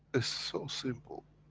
ah so simple.